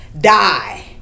die